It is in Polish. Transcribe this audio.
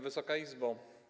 Wysoka Izbo!